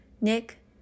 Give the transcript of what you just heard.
Nick